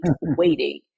waiting